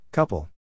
Couple